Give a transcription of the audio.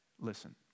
listen